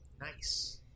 Nice